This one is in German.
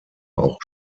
auch